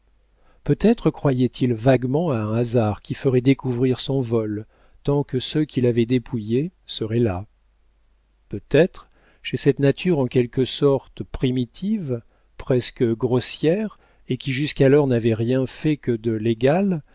peut-être croyait-il vaguement à un hasard qui ferait découvrir son vol tant que ceux qu'il avait dépouillés seraient là peut-être chez cette nature en quelque sorte primitive presque grossière et qui jusqu'alors n'avait rien fait que de légal